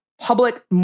public